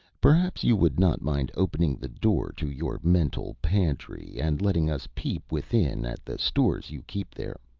perhaps you would not mind opening the door to your mental pantry, and letting us peep within at the stores you keep there.